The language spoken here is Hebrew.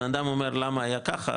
בנאדם אומר למה היה ככה,